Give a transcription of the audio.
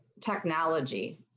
technology